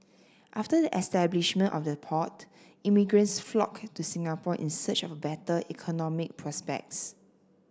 after the establishment of the port immigrants flocked to Singapore in search of better economic prospects